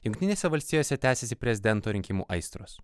jungtinėse valstijose tęsiasi prezidento rinkimų aistros